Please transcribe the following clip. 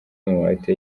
amabati